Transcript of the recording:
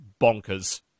bonkers